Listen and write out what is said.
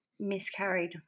miscarried